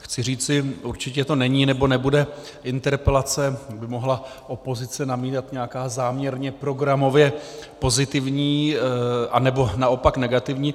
Chci říci, určitě to není, nebo nebude interpelace, kdy by mohla opozice namítat nějaká záměrně programově pozitivní, anebo naopak negativní.